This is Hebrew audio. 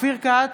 אופיר כץ,